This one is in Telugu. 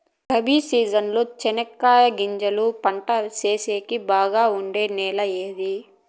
రబి సీజన్ లో చెనగగింజలు పంట సేసేకి బాగా ఉండే నెల ఏది?